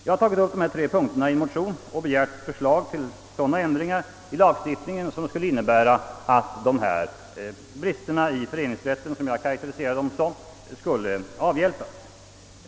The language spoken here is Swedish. Jag har tagit upp dessa punkter i min motion och begärt förslag till sådana ändringar i lagstiftningen som skulle innebära att ifrågavarande brister så som jag karakteriserar det — i föreningsrättslagstiftningen skulle avhjälpas.